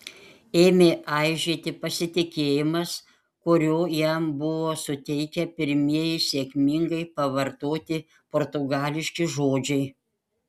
ėmė aižėti pasitikėjimas kurio jam buvo suteikę pirmieji sėkmingai pavartoti portugališki žodžiai